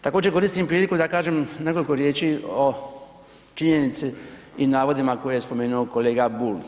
Također, koristim priliku da kažem nekoliko riječi o činjenici i navodima koje je spomenu kolega Bulj.